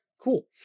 cool